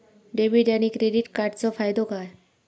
Debit आणि credit कार्डचो फायदो काय?